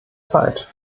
zeit